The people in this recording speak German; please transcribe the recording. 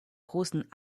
großen